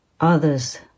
others